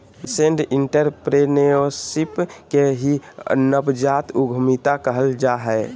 nascent entrepreneurship के ही नवजात उद्यमिता कहल जा हय